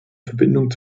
verbindung